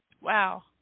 Wow